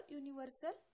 universal